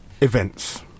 events